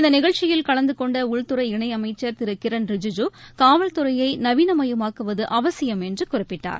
இந்த நிகழ்ச்சியில் கலந்து கொண்ட உள்துறை இணை அமைச்சர் திரு கிரண் ரிஜிஜூ காவல்துறையை நவீனமயமாக்குவது அவசியம் என்று குறிப்பிட்டார்